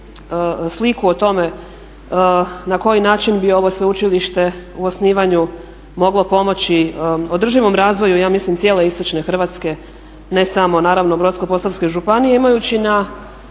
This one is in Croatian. sliku o tome na koji način bi ovo sveučilište u osnivanju moglo pomoći održivom razvoju ja mislim cijele istočne Hrvatske ne samo naravno Brodsko-posavskoj županiji. Imajući na